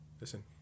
Listen